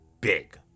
big